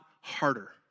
harder